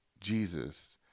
Jesus